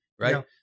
right